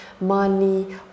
money